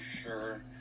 sure